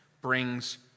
brings